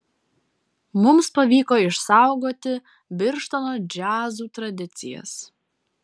mums pavyko išsaugoti birštono džiazų tradicijas